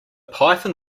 python